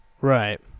Right